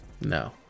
No